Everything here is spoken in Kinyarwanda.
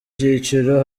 cyiciro